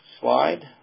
slide